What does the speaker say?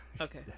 Okay